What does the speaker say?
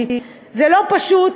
כי זה לא פשוט